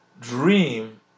dream